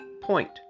point